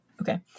Okay